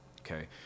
Okay